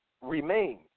remain